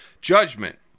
judgment